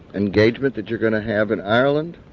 engagement that you're going to have in ireland?